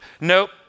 nope